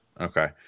Okay